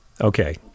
okay